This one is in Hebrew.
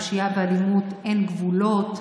לפשיעה ואלימות אין גבולות,